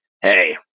Hey